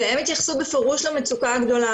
והם התייחסו בפירוש למצוקה הגדולה,